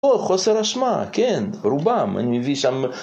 או, חוסר אשמה, כן, רובם, אני מביא שם...